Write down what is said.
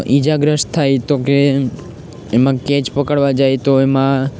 ઈજાગ્રસ્ત થાય તો કે એમાં કેચ પકડવા એ તો એમાં